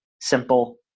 simple